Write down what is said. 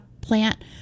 plant